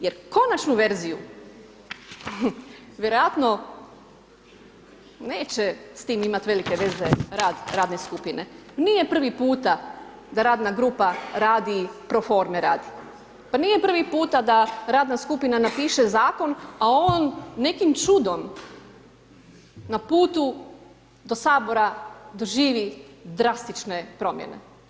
Jer konačnu verziju vjerojatno neće s tim imati velike veze rad radne skupine, nije prvi puta da radna grupa radi pro forme radi, pa nije prvi puta da radna skupina napiše Zakon, a on nekim čudom na putu do Sabora doživi drastične promjene.